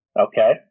Okay